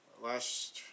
Last